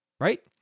right